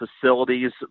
facilities